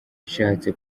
ishatse